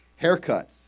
Haircuts